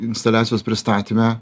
instaliacijos pristatyme